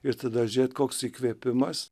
ir tada žiūrėt koks įkvėpimas